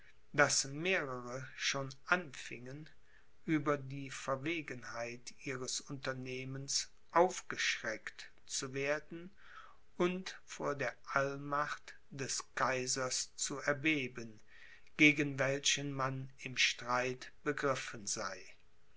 daß mehrere schon anfingen über die verwegenheit ihres unternehmens aufgeschreckt zu werden und vor der allmacht des kaisers zu erbeben gegen welchen man im streit begriffen sei